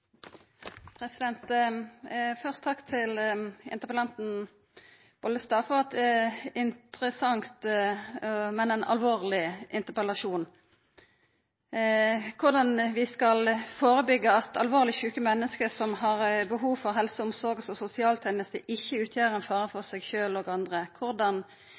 Først takk til interpellanten Bollestad for ein interessant, men alvorleg interpellasjon. Korleis skal vi førebyggja at alvorleg sjuke menneske, som har behov for helse-, omsorg- og sosialtenester, ikkje utgjer ein fare for seg sjølv og andre?